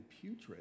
putrid